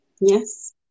yes